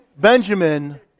Benjamin